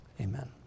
Amen